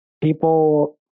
people